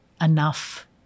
enough